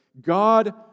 God